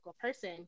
person